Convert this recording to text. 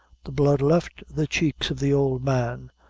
the blood left the cheeks of the old man,